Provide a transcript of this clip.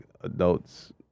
adults